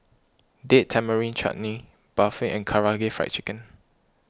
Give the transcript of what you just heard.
Date Tamarind Chutney Barfi and Karaage Fried Chicken